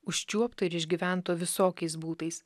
užčiuopto ir išgyvento visokiais būdais